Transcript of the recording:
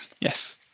Yes